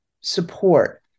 support